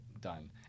done